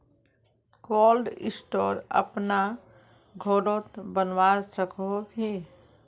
Cold store अपना घोरोत बनवा सकोहो ही?